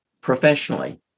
professionally